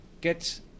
get